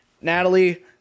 Natalie